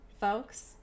folks